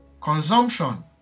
consumption